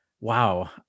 Wow